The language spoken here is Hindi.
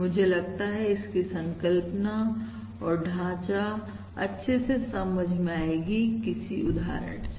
मुझे लगता है इसकी संकल्पना और ढांचा ज्यादा अच्छे से समझ में आएगी किसी उदाहरण से